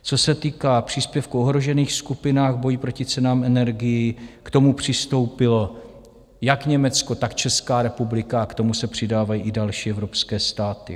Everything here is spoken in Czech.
Co se týká příspěvku v ohrožených skupinách v boji proti cenám energií, k tomu přistoupilo jak Německo, tak Česká republika a k tomu se přidávají i další evropské státy.